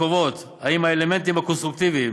הקובעות אם האלמנטים הקונסטרוקטיביים